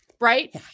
right